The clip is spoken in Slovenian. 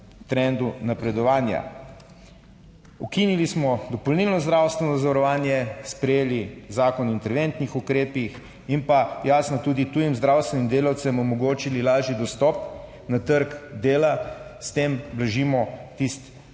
trendu napredovanja. Ukinili smo dopolnilno zdravstveno zavarovanje, sprejeli zakon o interventnih ukrepih in pa jasno tudi tujim zdravstvenim delavcem omogočili lažji dostop na trg dela. S tem blažimo tisti